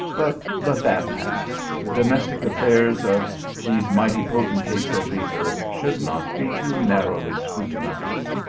but let that pass the domestic affairs of these mighty potentates of the earth should not be too narrowly scrutinized.